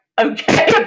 okay